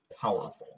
powerful